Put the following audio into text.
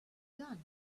gun